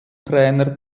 trainer